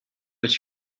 but